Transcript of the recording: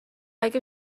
اگه